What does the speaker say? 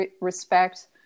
respect